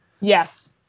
Yes